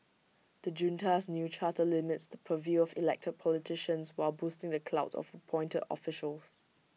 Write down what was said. the junta's new charter limits the purview of elected politicians while boosting the clout of appointed officials